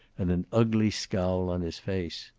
and an ugly scowl on his face.